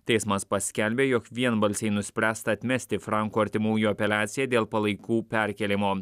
teismas paskelbė jog vienbalsiai nuspręsta atmesti franko artimųjų apeliaciją dėl palaikų perkėlimo